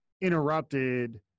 interrupted